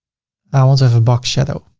i want to have a box shadow,